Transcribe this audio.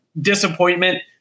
disappointment